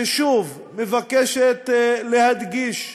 ששוב מבקשת להדגיש,